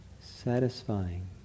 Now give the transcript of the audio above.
satisfying